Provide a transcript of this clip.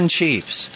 Chiefs